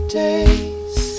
days